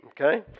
okay